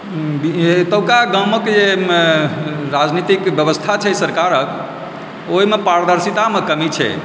एतुका गामके जे राजनितिक व्यवस्था छै सरकारके ओहिमे पारदर्शितामे कमी छै